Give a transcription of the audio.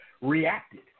reacted